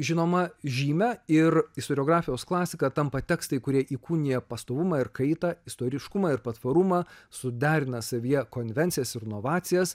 žinoma žymę ir istoriografijos klasika tampa tekstai kurie įkūnija pastovumą ir kaitą istoriškumą ir patvarumą suderina savyje konvencijas ir inovacijas